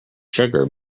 sugar